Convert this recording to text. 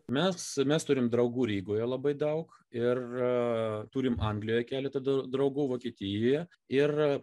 mes mes turim draugų rygoje labai daug ir turim anglijoj keletą draugų vokietijoje ir